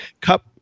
Cup